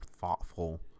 thoughtful